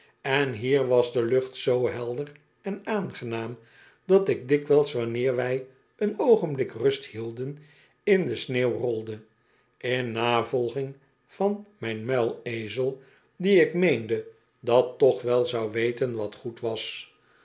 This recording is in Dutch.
en hier was de lucht zoo helder en aangenaam dat ik dikwijls wanneer wij een oogenblik rust hielden in de sneeuw rolde in navolging van mijn muilezel die ik meende dat toch wel zou weten wat goed was